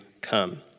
come